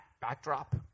backdrop